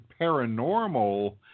paranormal